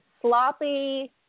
sloppy